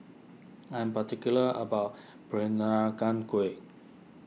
I'm particular about Peranakan Kueh